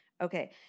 Okay